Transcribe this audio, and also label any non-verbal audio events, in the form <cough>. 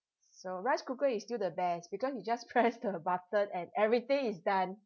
so rice cooker is still the best because you just press <laughs> the button and everything is done